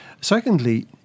Secondly